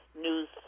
news